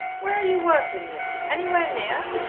where are you working, miss? anywhere near?